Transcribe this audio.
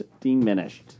diminished